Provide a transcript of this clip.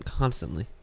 constantly